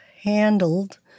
handled